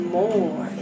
more